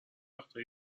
وقتا